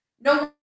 no